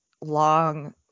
long